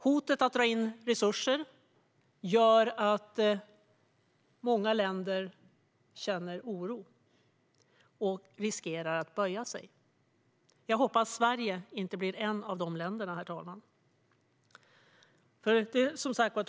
Hotet att dra in resurser gör att många länder känner oro och riskerar att böja sig. Jag hoppas att Sverige inte blir ett av dessa länder.